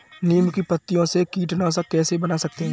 नीम की पत्तियों से कीटनाशक कैसे बना सकते हैं?